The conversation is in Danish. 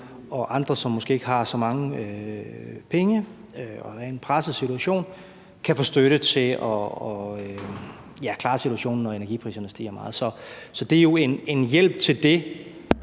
og andre, som måske ikke har så mange penge og er i en presset situation, kan få støtte til at klare situationen, når energipriserne stiger meget. Så det er jo en hjælp til det